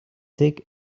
sick